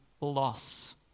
loss